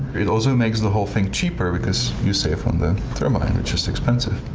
it also makes the whole thing cheaper, because you save um the turbine, which is expensive.